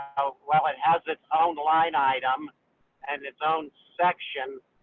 well, it has its own line item and its own section.